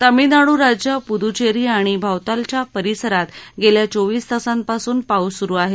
तामिळनाडू राज्य पुदूचेरी आणि भावतालच्या परिसरात गेल्या चोविस तासांपासून पाऊस सुरु आहे